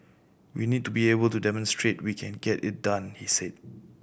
we need to be able to demonstrate we can get it done he said